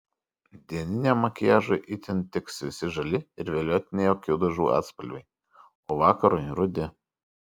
dieniniam makiažui itin tiks visi žali ir violetiniai akių dažų atspalviai o vakarui rudi